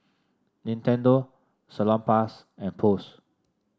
Nintendo Salonpas and Post